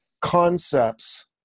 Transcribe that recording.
concepts